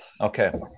okay